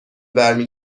برمی